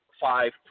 five